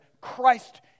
Christ